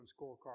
scorecard